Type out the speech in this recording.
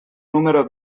número